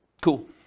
cool